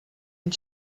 and